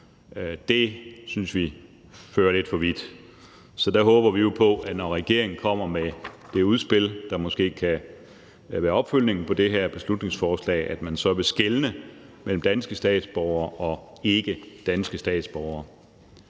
synes vi fører lidt for vidt. Der håber vi jo på, at når regeringen kommer med det udspil, der måske kan være opfølgningen på det her beslutningsforslag, så vil man skelne mellem danske statsborgere og ikkedanske statsborgere.